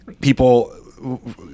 people